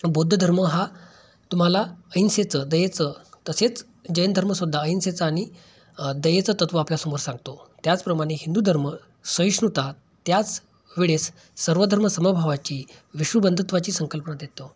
बौद्ध धर्म हा तुम्हाला अहिंसेचं दयेचं तसेच जैन धर्मसुद्धा अहिंसेचं आणि दयेचं तत्त्व आपल्यासमोर सांगतो त्याचप्रमाणे हिंदू धर्म सहिष्णुता त्याच वेळेस सर्व धर्म समभावाची विश्व बंधुत्वाची संकल्पना देतो